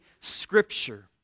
Scripture